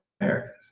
Americans